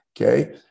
Okay